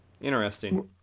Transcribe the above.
Interesting